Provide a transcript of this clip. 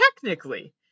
Technically